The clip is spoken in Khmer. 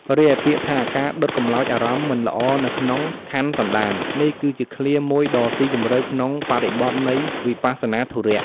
រីឯ ពាក្យថា "ការដុតកម្លោចអារម្មណ៍មិនល្អនៅក្នុងខន្ធសន្តាន" នេះគឺជាឃ្លាមួយដ៏ស៊ីជម្រៅក្នុងបរិបទនៃ វិបស្សនាធុរៈ។